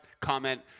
comment